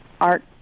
art